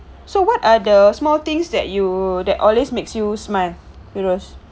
so what are the small things that you that always makes you smile fairoz